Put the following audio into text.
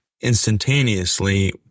instantaneously